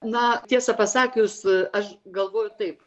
na tiesą pasakius aš galvoju taip